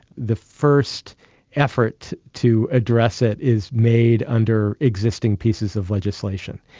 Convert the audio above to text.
the first effort to address it is made under existing pieces of legislation.